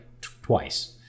Twice